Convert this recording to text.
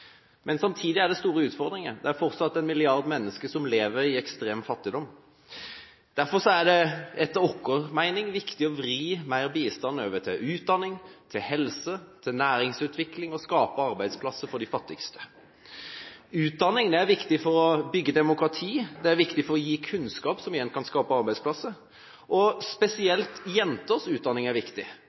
Samtidig er det store utfordringer. Det er fortsatt én milliard mennesker som lever i ekstrem fattigdom. Derfor er det etter vår mening viktig å vri mer bistand over til utdanning, helse og næringsutvikling og skape arbeidsplasser for de fattigste. Utdanning er viktig for å bygge demokrati. Det er viktig for å bygge kunnskap, som igjen kan skape arbeidsplasser. Spesielt jenters utdanning er viktig,